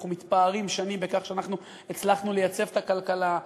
אנחנו מתפארים שנים בכך שאנחנו הצלחנו לייצב את הכלכלה,